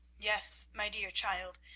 yes, my dear child,